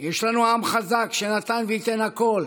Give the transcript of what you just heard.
יש לנו עם חזק שנתן וייתן הכול